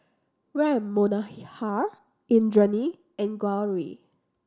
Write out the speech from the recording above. Ram Manohar Indranee and Gauri